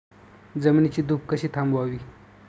जमिनीची धूप कशी थांबवावी?